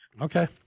Okay